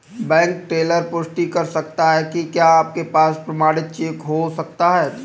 Bank teller पुष्टि कर सकता है कि क्या आपके पास प्रमाणित चेक हो सकता है?